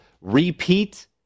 repeat